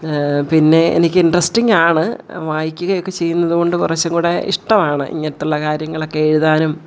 പിന്നെ എനിക്ക് ഇൻട്രസ്റ്റിങ്ങ് ആണ് വായിക്കുക ഒക്കെ ചെയ്യുന്നതുകൊണ്ട് കുറച്ചുംകൂടെ ഇഷ്ടമാണ് ഇങ്ങനത്തെ ഉള്ള കാര്യങ്ങളൊക്കെ എഴുതാനും